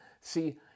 See